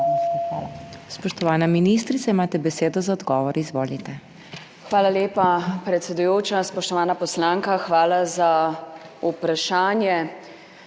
Hvala.